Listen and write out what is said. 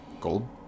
gold